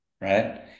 right